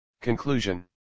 Conclusion